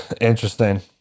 interesting